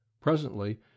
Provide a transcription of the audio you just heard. Presently